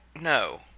No